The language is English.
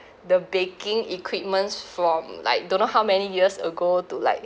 the baking equipments from like don't know how many years ago to like